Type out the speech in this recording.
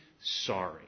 sorry